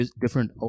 different